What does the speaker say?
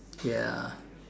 ya